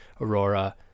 Aurora